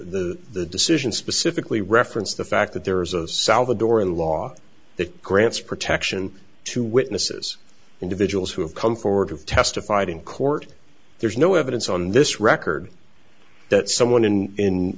the decision specifically referenced the fact that there is a salvadoran law that grants protection to witnesses individuals who have come forward have testified in court there's no evidence on this record that someone in